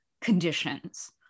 conditions